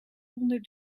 onder